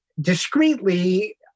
discreetly